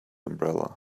umbrella